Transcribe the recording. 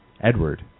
Edward